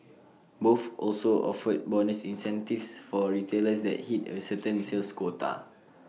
both also offered bonus incentives for retailers that hit A certain sales quota